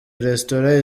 restaurant